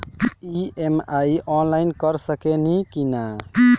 EMI online कर सकेनी की ना?